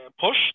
push